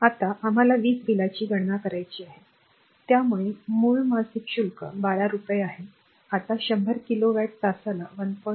आता आम्हाला वीज बिलाची गणना करायची आहे त्यामुळे मूळ मासिक शुल्क 12 रुपये आहे आता 100 किलोवॅट तासाला 1